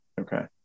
Okay